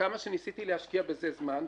שכמה שניסיתי להשקיע בזה זמן,